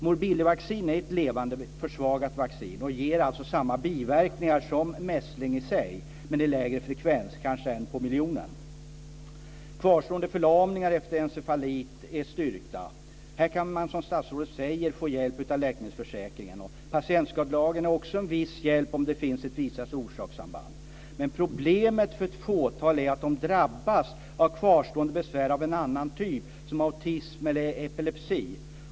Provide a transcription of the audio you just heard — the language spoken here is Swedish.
Morbillivaccin är ett levande försvagat vaccin och ger alltså samma biverkningar som mässling i sig, men det är en lägre frekvens, kanske en på miljonen. Kvarstående förlamningar efter encefalit är styrkta. Här kan man, som statsrådet säger, få hjälp av läkemedelsförsäkringen. Patientskadelagen är också en viss hjälp om det finns ett visat orsakssamband. Men problemet för ett fåtal är att de drabbas av kvarstående besvär av en annan typ, som autism eller epilepsi.